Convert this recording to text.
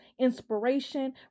inspiration